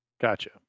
Gotcha